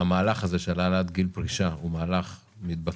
שהמהלך הזה של העלאת גיל פרישה הוא מהלך מתבקש,